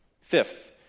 Fifth